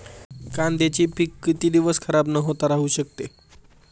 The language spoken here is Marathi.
कांद्याचे पीक किती दिवस खराब न होता राहू शकते?